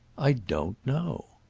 i don't know.